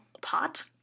pot